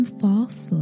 false